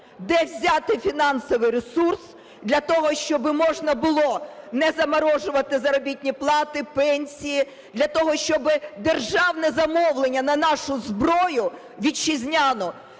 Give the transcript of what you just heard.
де взяти фінансовий ресурс для того, щоби можна було не заморожувати заробітні плати, пенсії, для того, щоби державне замовлення нашу зброю вітчизняну